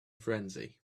frenzy